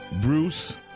Bruce